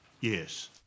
Yes